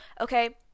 Okay